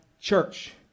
church